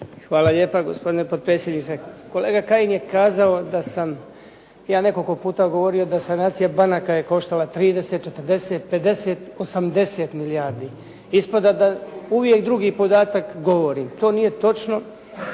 Hvala lijepa gospodine potpredsjedniče. Kolega Kajin je kazao da sam ja nekoliko puta govorio da sanacija banaka je koštala 30, 40, 50, 80 milijardi. Ispada da uvijek drugi podatak govorim. To nije točno,